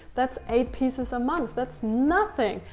that's eight pieces a month, that's nothing.